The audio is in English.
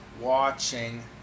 watching